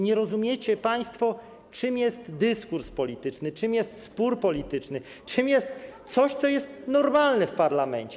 Nie rozumiecie państwo, czym jest dyskurs polityczny, czym jest spór polityczny, czym jest coś, co jest normalne w parlamencie.